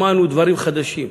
שמענו דברים חדשים,